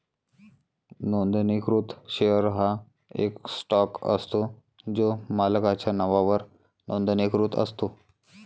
नोंदणीकृत शेअर हा एक स्टॉक असतो जो मालकाच्या नावावर नोंदणीकृत असतो